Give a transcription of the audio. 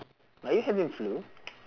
are you having flu